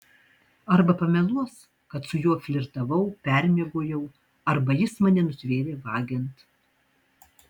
arba pameluos kad su juo flirtavau permiegojau arba jis mane nutvėrė vagiant